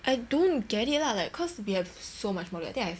I don't get it lah like cause we have so much more than I think I have like